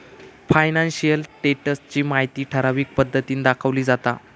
financial status ची माहिती ठराविक पद्धतीन दाखवली जाता